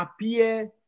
appear